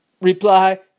reply